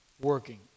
working